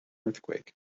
earthquake